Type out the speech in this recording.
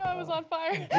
was on fire.